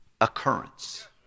occurrence